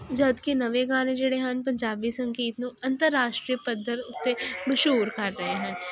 ਜਦ ਕਿ ਨਵੇਂ ਗਾਨੇ ਜਿਹੜੇ ਹਨ ਪੰਜਾਬੀ ਸੰਗੀਤ ਨੂੰ ਅੰਤਰਰਾਸ਼ਟਰੀ ਪੱਧਰ ਉੱਤੇ ਮਸ਼ੂਰ ਕਰ ਰਹੇ ਹਨ